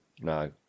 No